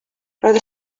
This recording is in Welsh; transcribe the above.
roedd